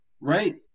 Right